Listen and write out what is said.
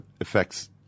affects